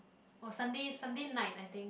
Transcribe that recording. or Sunday Sunday night I think